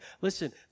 Listen